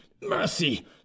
mercy